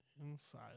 Inside